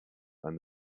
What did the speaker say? and